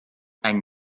ein